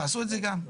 תעשו את זה גם.